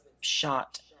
shot